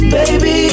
Baby